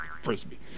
Frisbee